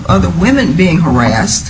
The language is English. other women being harassed